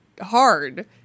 hard